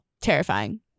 Terrifying